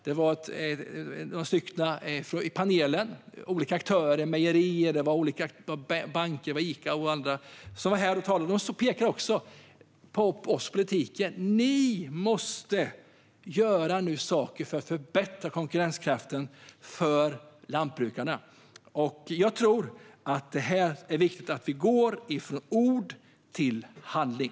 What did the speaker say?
I panelen fanns representanter för till exempel mejerier, banker och Ica. De pekade också på oss politiker och sa att vi måste göra saker för att förbättra konkurrenskraften för lantbrukarna. Jag tror att det är viktigt att vi går från ord till handling.